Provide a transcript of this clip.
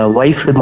wife